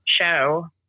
show